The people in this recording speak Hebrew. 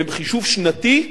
בחישוב שנתי,